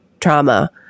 trauma